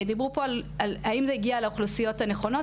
דיברו פה על האם זה הגיע לאוכלוסיות הנכונות,